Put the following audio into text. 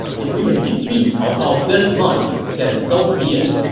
if we can defeat cao cao this month, then so be it.